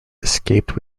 escaped